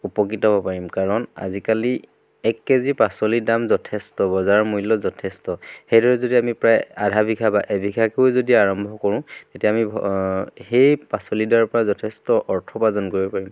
উপকৃত হ'ব পাৰিম কাৰণ আজিকালি এক কেজি পাচলিৰ দাম যথেষ্ট বজাৰ মূল্য যথেষ্ট সেইদৰে যদি আমি প্ৰায় আধা বিঘা বা এবিঘাকৈও যদি আৰম্ভ কৰোঁ তেতিয়া আমি সেই পাচলিডৰাৰ পৰা যথেষ্ট অৰ্থ উপাৰ্জন কৰিব পাৰিম